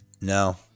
No